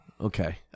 Okay